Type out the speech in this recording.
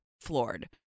floored